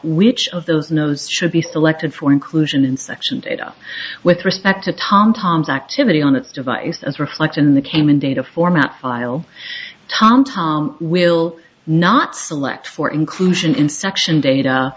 which of those nos should be selected for inclusion in section data with respect to tom tom's activity on the device and reflect in the cayman data format file tom tom will not select for inclusion in section data